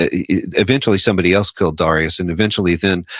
ah eventually, somebody else killed darius, and eventually then,